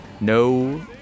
no